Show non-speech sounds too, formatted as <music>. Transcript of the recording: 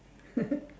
<laughs>